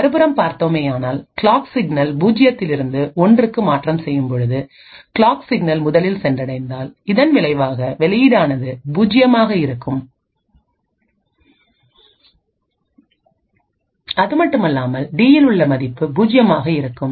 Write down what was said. மறுபுறம் பார்த்தோமேயானால்கிளாக் சிக்னல் பூஜ்ஜியத்தில் இருந்து ஒன்றுக்கு மாற்றம் செய்யும் பொழுது கிளாக் சிக்னல் முதலில் சென்றடைந்தால் இதன் விளைவாக வெளியீடானது பூஜ்ஜியமாக இருக்கும் அதுமட்டுமல்லாமல் டியில் உள்ள மதிப்பு பூஜ்ஜியமாக இருக்கும்